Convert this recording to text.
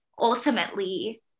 ultimately